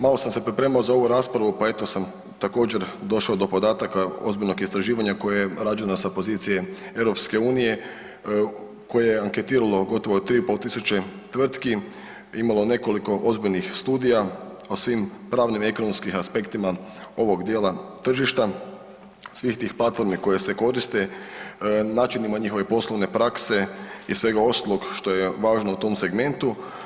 Malo sam se pripremao za ovu raspravu pa eto sam također došao do podataka ozbiljnog istraživanja koje je rađeno sa pozicije EU, koje je anketiralo gotovo 3.500 tvrtki imalo nekoliko ozbiljnih studija o svim pravnim i ekonomskim aspektima ovog dijela tržišta, svih tih platformi koje se koriste, načinima njihove poslove prakse i svega ostaloga što je važno u tom segmentu.